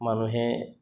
মানুহে